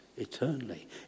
Eternally